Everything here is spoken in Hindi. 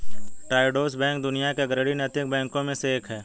ट्रायोडोस बैंक दुनिया के अग्रणी नैतिक बैंकों में से एक है